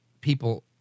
people